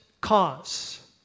cause